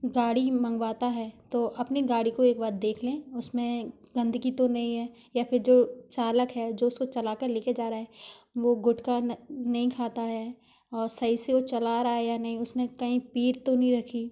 गाड़ी मंगवाता है तो अपनी गाड़ी को एक बार देख लें उसमें गंदगी तो नहीं है या फिर जो चालक है जो उसको चला कर लेके जा रा है वो गुटका नहीं खाता है और सही से वो चला रहा है या नहीं उसने कहीं पी तो नहीं रखी